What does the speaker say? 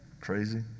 crazy